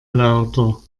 lauter